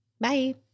bye